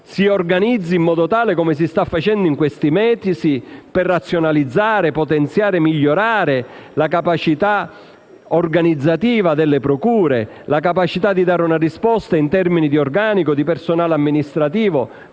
si organizzi in modo tale, come si sta facendo in questi mesi, da razionalizzare, potenziare e migliorare la capacità organizzativa delle procure, la capacità di dare una risposta in termini di organico e di personale amministrativo,